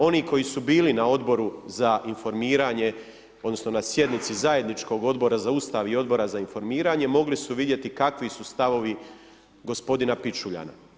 Oni koji su bili na odboru za informiranje odnosno na sjednici Zajedničkog Odbora za ustav i Odbora za informiranje mogli su vidjeti kakvi su stavovi gospodina Pičuljana.